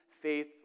faith